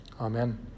Amen